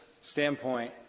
standpoint